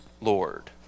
Lord